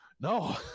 no